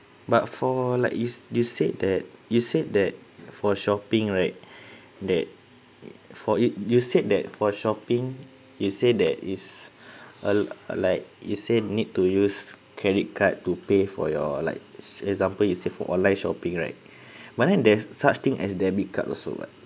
but for like yous you said that you said that for shopping right that for it you said that for shopping you say that is uh uh like you say need to use credit card to pay for your like an example you say for online shopping right but then there's such thing as debit card also [what]